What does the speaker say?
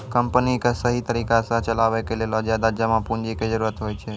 company क सहि तरिका सह चलावे के लेलो ज्यादा जमा पुन्जी के जरुरत होइ छै